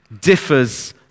differs